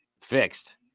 fixed